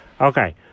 Okay